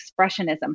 expressionism